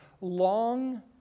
long